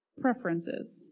preferences